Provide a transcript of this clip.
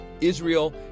Israel